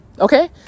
Okay